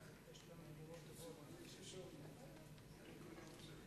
ההצעה להעביר את הנושא לוועדת הכספים נתקבלה.